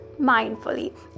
mindfully